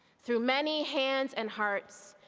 through many hands and hearts,